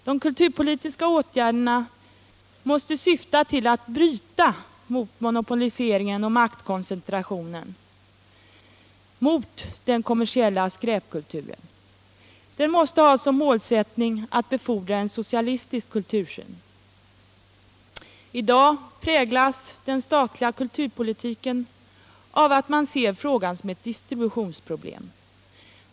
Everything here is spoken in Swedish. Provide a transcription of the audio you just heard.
De kulturpolitiska åtgärderna måste syfta till att bryta mot monopoliseringen och maktkoncentrationen, mot den kommersiella skräpkulturen. De måste ha som målsättning att befordra en socialistisk kultursyn. I dag präglas den statliga kulturpolitiken av att man ser frågan som ett distributionsproblem.